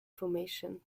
formation